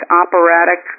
operatic